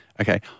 Okay